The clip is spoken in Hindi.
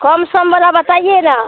कौन सम वाला बताइए न